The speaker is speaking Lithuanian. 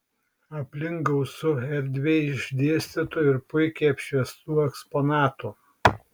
aplink gausu erdviai išdėstytų ir puikiai apšviestų eksponatų